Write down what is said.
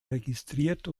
registriert